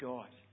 God